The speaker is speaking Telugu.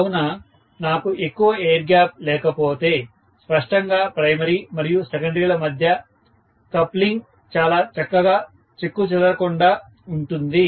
కావున నాకు ఎక్కువ ఎయిర్ గ్యాప్ లేకపోతే స్పష్టంగా ప్రైమరీ మరియు సెకండరీల మధ్య కప్లింగ్ coupling చాలా చక్కగా చెక్కుచెదరకుండా ఉంటుంది